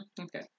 Okay